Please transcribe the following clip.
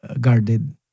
guarded